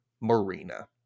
Marina